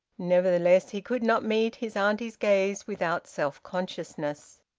nevertheless he could not meet his auntie's gaze without self-consciousness.